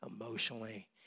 emotionally